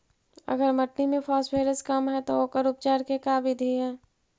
अगर मट्टी में फास्फोरस कम है त ओकर उपचार के का बिधि है?